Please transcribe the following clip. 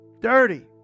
Dirty